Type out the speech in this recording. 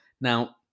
Now